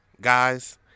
Guys